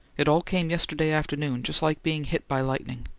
it all came yesterday afternoon just like being hit by lightning.